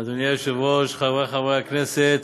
אדוני היושב-ראש, חברי חברי הכנסת,